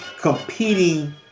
competing